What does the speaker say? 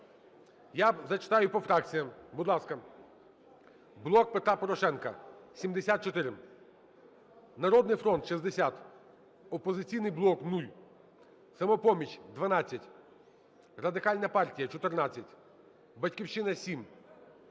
Я зачитаю по фракціях. Будь ласка. "Блок Петра Порошенка" – 74, "Народний фронт" – 60, "Опозиційний блок" – 0, "Самопоміч" – 12, Радикальна партія – 14, "Батьківщина" –